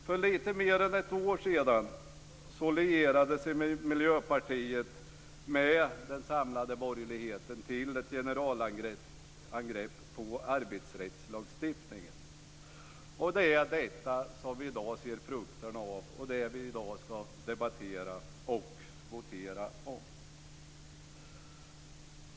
För lite mer än ett år sedan lierade sig Miljöpartiet med den samlade borgerligheten till ett generalangrepp på arbetsrättslagstiftningen, och det är detta som vi nu ser frukterna av och som vi i dag ska debattera och votera om.